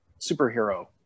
superhero